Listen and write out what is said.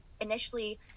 initially